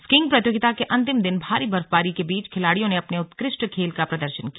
skiing प्रतियोगिता के अंतिम दिन भारी बर्फबारी के बीच खिलाड़ियों ने अपने उत्कृष्ट खेल का प्रर्दशन किया